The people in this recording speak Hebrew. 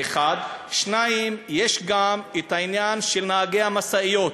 זה, 1. 2. יש גם העניין של נהגי המשאיות.